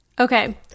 Okay